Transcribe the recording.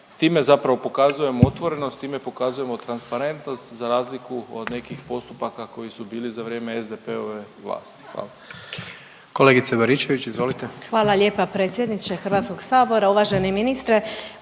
Time zapravo pokazujemo otvorenost, time pokazujemo transparentnost za razliku od nekih postupaka koji su bili za vrijeme SDP-ove vlasti. Hvala. **Jandroković, Gordan (HDZ)** Kolegice Baričević, izvolite. **Baričević, Danica (HDZ)** Hvala lijepa predsjedniče Hrvatskog sabora. Uvaženi ministre